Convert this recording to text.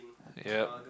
ya